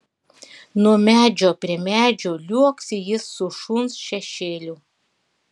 nuo medžio prie medžio liuoksi jis su šuns šešėliu